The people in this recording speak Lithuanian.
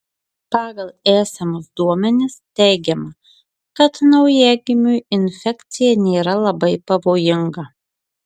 pagal esamus duomenis teigiama kad naujagimiui infekcija nėra labai pavojinga